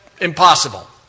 impossible